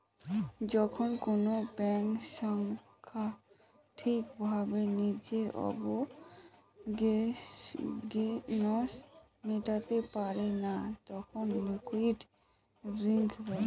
যখন কোনো ব্যাঙ্ক সংস্থা ঠিক ভাবে নিজের অব্লিগেশনস মেটাতে পারে না তখন লিকুইডিটি রিস্ক হয়